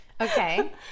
Okay